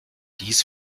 dies